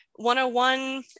101